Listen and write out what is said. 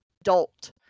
adult